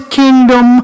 kingdom